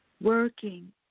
working